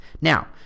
Now